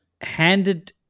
handed